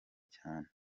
cyane